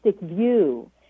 view